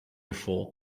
before